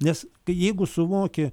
nes jeigu suvoki